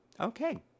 Okay